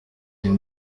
uyu